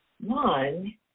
One